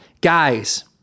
guys